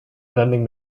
vending